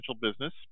business